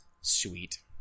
Sweet